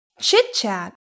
Chit-chat